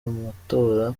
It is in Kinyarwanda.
amatora